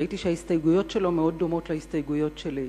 ראיתי שההסתייגויות שלו מאוד דומות להסתייגויות שלי.